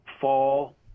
fall